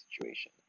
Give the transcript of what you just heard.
situation